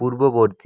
পূর্ববর্তী